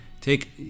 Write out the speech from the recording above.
Take